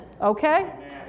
Okay